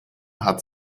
hat